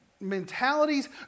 mentalities